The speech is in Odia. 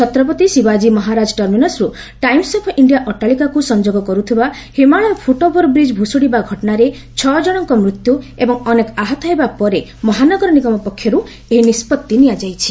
ଛତ୍ରପତି ଶିବାଜୀ ମହାରାଜା ଟର୍ମିନସ୍ର୍ ଟାଇମସ୍ ଅଫ୍ ଇଣ୍ଡିଆ ଅଟ୍ଟାଳିକାକୁ ସଂଯୋଗ କରୁଥିବା ହିମାଳୟ ଫୁଟ୍ ଓଭର୍ବ୍ରିକ୍ ଭୁଷୁଡ଼ିବା ଘଟଣାରେ ଛଅ ଜଣଙ୍କ ମୃତ୍ୟୁ ଏବଂ ଅନେକ ଆହତ ହେବା ପରେ ମହାନଗର ନିଗମ ପକ୍ଷର୍ତ ଏହି ନିଷ୍ପତ୍ତି ନିଆଯାଇଛି